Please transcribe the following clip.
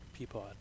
peapod